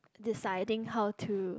deciding how to